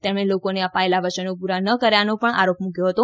તેમણે લોકોને અપાયેલાં વયનો પૂરાં ન કર્યાનો પણ આરોપ મૂક્યો હતો